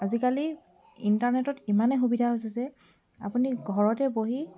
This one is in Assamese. আজিকলই ইণ্টাৰনেটত ইমানে সুবিধা হৈছে যে আপুনি ঘৰতে বহি